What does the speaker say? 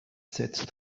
said